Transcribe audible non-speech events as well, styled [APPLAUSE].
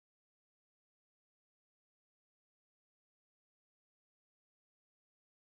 [UNINTELLIGIBLE]